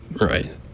Right